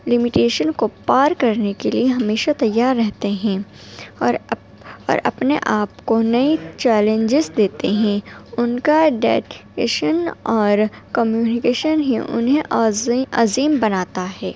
limitation کو پار کرنے کے لیے ہمیشہ تیار رہتے ہیں اور اور اپنے آپ کو نئے چیلنجز دیتے ہیں ان کا ڈیڈکیشن اور کمیونیکیشن ہی انہیں عظیم بناتا ہے